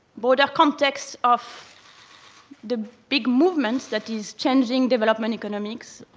broader context of the big movement that is changing development economics,